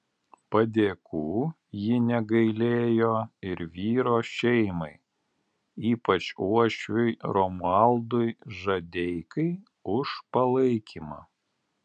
padėkų ji negailėjo ir vyro šeimai ypač uošviui romualdui žadeikai už palaikymą